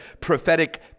prophetic